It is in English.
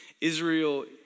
Israel